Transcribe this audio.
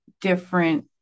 different